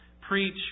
Preach